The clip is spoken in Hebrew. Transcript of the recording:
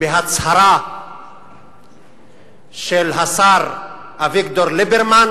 בהצהרה של השר אביגדור ליברמן,